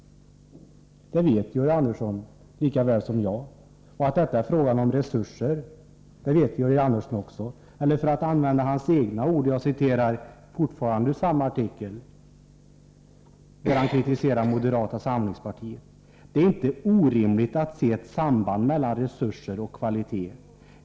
Detta vet Georg Andersson lika väl som jag. Låt mig på denna punkt använda hans egna ord, fortfarande ur den artikel där han kritiserar moderata samlingspartiet: ”Det är inte orimligt att se ett samband mellan resurser och kvalitet.